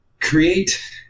create